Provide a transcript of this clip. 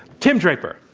tim draper.